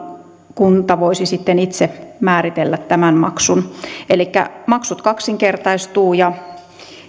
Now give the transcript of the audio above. kunta voisi sitten itse määritellä tämän maksun maksut kaksinkertaistuvat ja